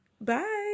bye